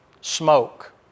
smoke